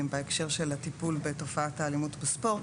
בהקשר של הטיפול בתופעת האלימות בספורט.